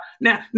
now